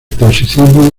clasicismo